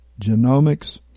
genomics